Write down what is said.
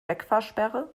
wegfahrsperre